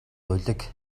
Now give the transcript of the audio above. улиг